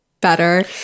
better